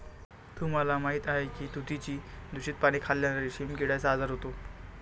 तुम्हाला माहीत आहे का की तुतीची दूषित पाने खाल्ल्याने रेशीम किड्याचा आजार होतो